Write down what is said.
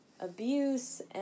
abuse